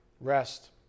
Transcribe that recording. Rest